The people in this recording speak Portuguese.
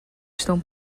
estão